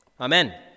Amen